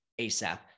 asap